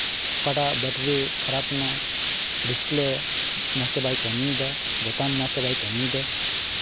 ᱚᱠᱟᱴᱟᱜ ᱵᱮᱴᱨᱤ ᱠᱷᱟᱨᱟᱯᱱᱟ ᱰᱤᱥᱯᱞᱮ ᱢᱚᱡᱽ ᱛᱮ ᱵᱟᱭ ᱠᱟᱹᱢᱤᱭᱮᱫᱟ ᱵᱳᱛᱟᱢ ᱢᱚᱡᱽ ᱛᱮ ᱵᱟᱭ ᱠᱟᱹᱢᱤᱭᱮᱫᱟ